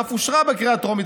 שאף אושרה בקריאה טרומית,